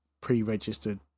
pre-registered